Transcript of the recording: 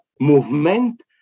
movement